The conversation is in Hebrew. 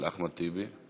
של חבר הכנסת טיבי.